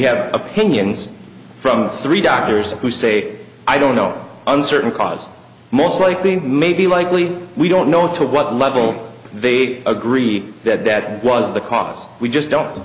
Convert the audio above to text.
had opinions from three doctors who say i don't know uncertain cause most likely maybe likely we don't know to what level they'd agree that that was the cause we just don't